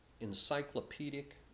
encyclopedic